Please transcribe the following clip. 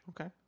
Okay